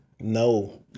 No